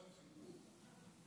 גם סיפור.